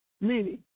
Meaning